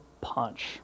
punch